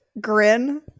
grin